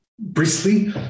bristly